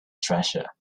treasure